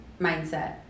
mindset